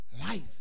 Life